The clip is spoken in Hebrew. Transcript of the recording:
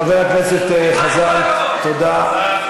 חבר הכנסת חזן, תודה.